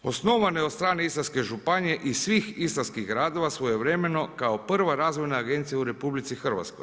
Osnovna je od strane Istarske županije i svih istarskih gradova svojevremeno kao prva razvojna agencija u RH.